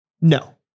No